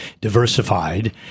diversified